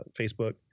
Facebook